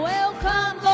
Welcome